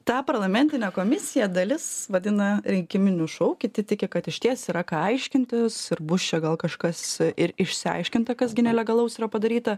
tą parlamentinę komisiją dalis vadina rinkiminiu šou kiti tiki kad išties yra ką aiškintis ir bus čia gal kažkas ir išsiaiškinta kas gi nelegalaus yra padaryta